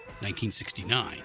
1969